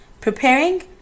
Preparing